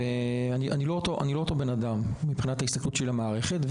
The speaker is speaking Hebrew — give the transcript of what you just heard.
מאז אני לא אותו בן אדם מבחינת ההסתכלות שלי על המערכת.